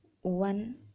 one